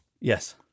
yes